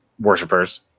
worshippers